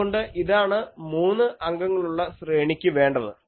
അതുകൊണ്ട് ഇതാണ് മൂന്ന് അംഗങ്ങളുള്ള ശ്രേണിക്ക് വേണ്ടത്